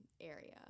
area